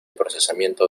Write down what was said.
procesamiento